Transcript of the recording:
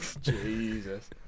Jesus